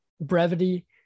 Brevity